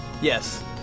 Yes